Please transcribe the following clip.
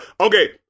okay